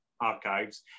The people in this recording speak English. archives